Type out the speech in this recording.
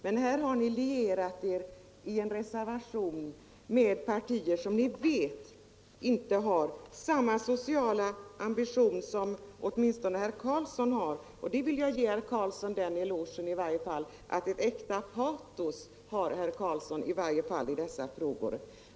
Men här har ni i en reservation lierat er med ett parti som ni vet inte har samma sociala ambition som ni själv. Ty den elogen vill jag i varje fall ge herr Carlsson att han har ett äkta patos när han talar i dessa frågor.